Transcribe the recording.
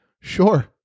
sure